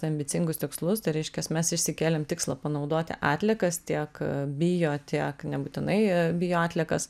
ambicingus tikslus tai reiškias mes išsikėlėm tikslą panaudoti atliekas tiek bio tiek nebūtinai bioatliekas